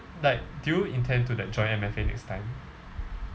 like did you intend like join M_F_A next time